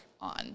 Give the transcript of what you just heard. on